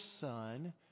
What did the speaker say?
son